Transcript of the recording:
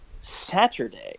Saturday